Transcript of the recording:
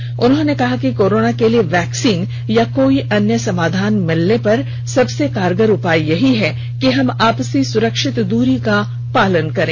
प्रधानमंत्री ने कहा कि कोरोना के लिए वैक्सीन या कोई अन्य समाधान मिलने तक सबसे कारगर उपाय यही है कि हम आपसी सुरक्षित दूरी का पालन करें